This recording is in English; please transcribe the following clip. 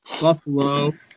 Buffalo